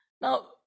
now